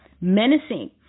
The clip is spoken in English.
menacing